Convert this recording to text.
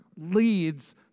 leads